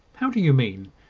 how do you mean?